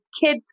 kids